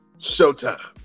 showtime